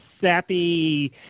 sappy